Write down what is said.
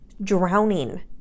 drowning